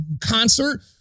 concert